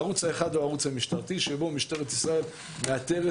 הערוץ האחד הוא הערוץ המשטרתי שבו משטרת ישראל מאתרת,